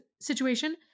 situation